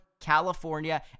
California